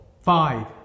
five